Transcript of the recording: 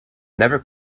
never